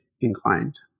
inclined